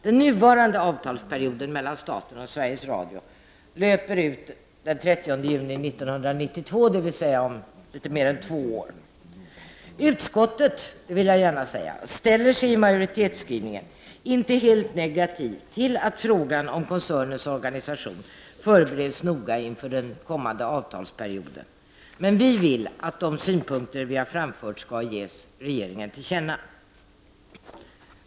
Den nuvarande avtalsperioden mellan staten och Sveriges Radio löper ut den 30 juni 1992, dvs. om litet mer än två år. Utskottet ställer sig i majoritetsskrivningen inte helt negativ till att frågan om koncernens organisation förbereds noga inför den kommande avtalsperioden. Men vi vill att de synpunkter vi har framfört skall ges regeringen till känna.